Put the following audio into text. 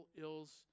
ills